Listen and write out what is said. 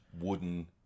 wooden